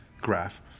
graph